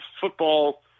football